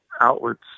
outlets